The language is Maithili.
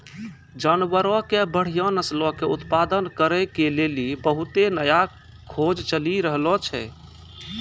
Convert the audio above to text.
जानवरो के बढ़िया नस्लो के उत्पादन करै के लेली बहुते नया खोज चलि रहलो छै